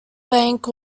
bank